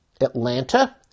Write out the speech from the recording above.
Atlanta